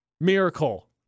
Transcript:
miracle